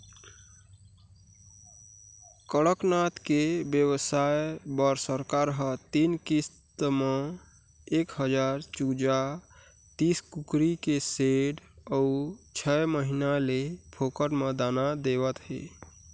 कड़कनाथ के बेवसाय बर सरकार ह तीन किस्त म एक हजार चूजा, तीस कुकरी के सेड अउ छय महीना ले फोकट म दाना देवत हे